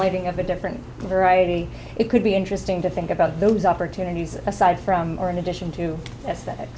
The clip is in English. lighting of a different variety it could be interesting to think about those opportunities aside from or in addition to